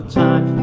time